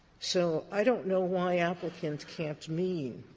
so i don't know why applicant can't mean,